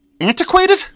antiquated